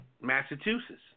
Massachusetts